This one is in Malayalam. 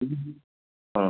ആ